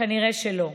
כנראה שלא.